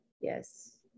yes